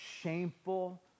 shameful